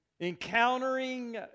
Encountering